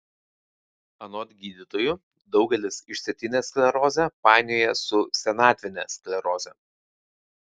anot gydytojų daugelis išsėtinę sklerozę painioja su senatvine skleroze